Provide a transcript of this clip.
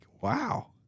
wow